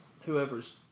whoever's